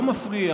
לא מפריע